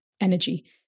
energy